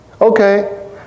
okay